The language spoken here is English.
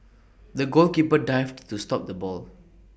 the goalkeeper dived to stop the ball